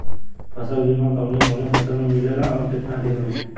फ़सल बीमा कवने कवने फसल में मिलेला अउर कितना दिन में?